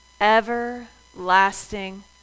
everlasting